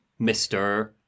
Mr